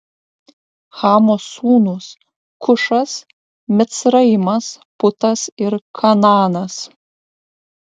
chamo sūnūs kušas micraimas putas ir kanaanas